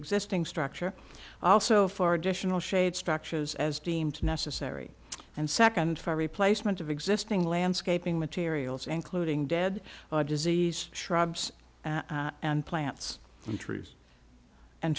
existing structure also for additional shade structures as deemed necessary and second for replacement of existing landscaping materials including dead disease shrubs and plants and trees